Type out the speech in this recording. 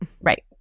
Right